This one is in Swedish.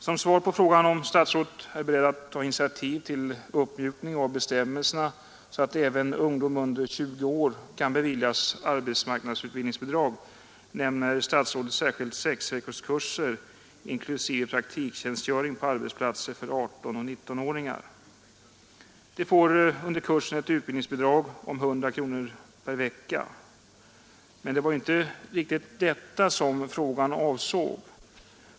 Som svar på frågan huruvida statsrådet är beredd att ta initiativ till en uppmjukning av bestämmelserna, så att även ungdom under 20 år kan beviljas arbetsmarknadsutbildningsbidrag, nämner statsrådet särskilda sexveckorskurser inklusive praktiktjänstgöring på arbetsplatser för 18 och 19-åringar. De får under kursen ett utbildningsbidrag på 100 kronor per vecka. Men det var nu inte riktigt detta som frågan avsåg.